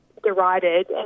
derided